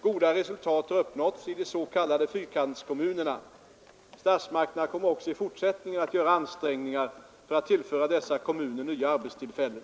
Goda resultat har uppnåtts i de s.k. fyrkantskommunerna. Statsmakterna kommer också i fortsättningen att göra ansträngningar för att tillföra dessa kommuner nya arbetstillfällen.